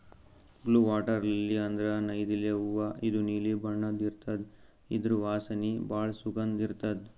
blue water lily ಅಂದ್ರ ನೈದಿಲೆ ಹೂವಾ ಇದು ನೀಲಿ ಬಣ್ಣದ್ ಇರ್ತದ್ ಇದ್ರ್ ವಾಸನಿ ಭಾಳ್ ಸುಗಂಧ್ ಇರ್ತದ್